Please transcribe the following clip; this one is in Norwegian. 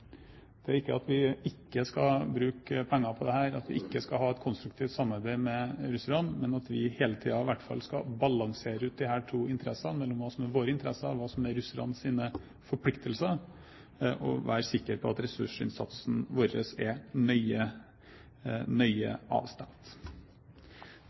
bruke penger på dette og ikke ha et konstruktivt samarbeid med Russland, men at vi hele tiden skal balansere disse to interessene – mellom hva som er våre interesser, og hva som er Russlands forpliktelser – og være sikre på at ressursinnsatsen vår er nøye